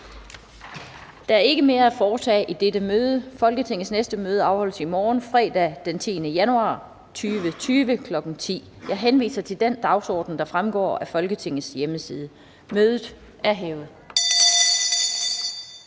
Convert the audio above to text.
Der er ikke mere at foretage i dette møde. Folketingets næste møde afholdes i morgen, fredag den 10. januar 2020, kl. 10.00. Jeg henviser til den dagsorden, der fremgår af Folketingets hjemmeside. Mødet er hævet.